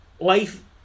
Life